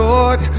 Lord